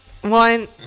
One